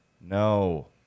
No